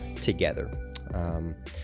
together